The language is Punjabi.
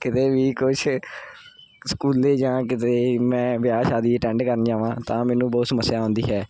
ਕਿਤੇ ਵੀ ਕੁਛ ਸਕੂਲੇ ਜਾਂ ਕਿਤੇ ਮੈਂ ਵਿਆਹ ਸ਼ਾਦੀ ਅਟੈਂਡ ਕਰਨ ਜਾਵਾਂ ਤਾਂ ਮੈਨੂੰ ਬਹੁਤ ਸਮੱਸਿਆ ਆਉਂਦੀ ਹੈ